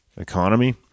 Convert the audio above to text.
economy